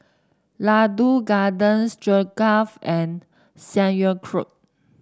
Ladoo Garden Stroganoff and Sauerkraut